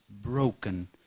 broken